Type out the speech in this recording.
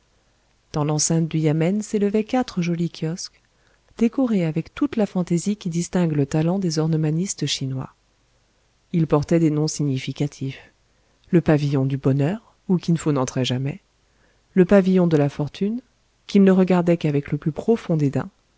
dans l'enceinte du yamen s'élevaient quatre jolis kiosques décorés avec toute la fantaisie qui distingue le talent des ornemanistes chinois ils portaient des noms significatifs le pavillon du bonheur où kin fo n'entrait jamais le pavillon de la fortune qu'il ne regardait qu'avec le plus profond